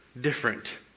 different